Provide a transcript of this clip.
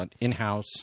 in-house